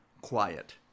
quiet